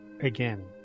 Again